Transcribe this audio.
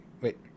wait